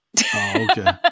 Okay